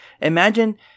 imagine